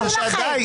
בבקשה די.